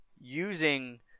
using